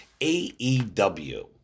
AEW